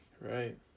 right